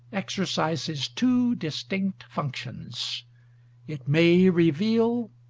exercises two distinct functions it may reveal,